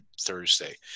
Thursday